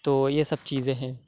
تو یہ سب چیزیں ہیں